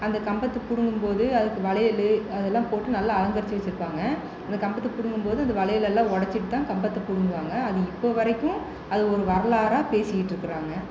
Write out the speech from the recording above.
அந்த கம்பத்தை பிடுங்கும் போது அதுக்கு வளையல் அதெல்லாம் போட்டு நல்லா அலங்கரித்து வைச்சிருப்பாங்க அந்த கம்பத்தை புடுங்கும் போது அந்த வளையல் எல்லாம் உடைச்சிட்டு தான் கம்பத்தை பிடுங்குவாங்க அது இப்போது வரைக்கும் அது ஓரு வரலாறாக பேசிட்டு இருக்கிறாங்க